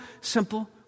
simple